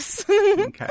Okay